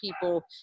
people